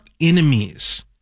enemies